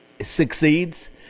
succeeds